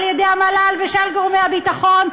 על-ידי המל"ל ושאר גורמי הביטחון,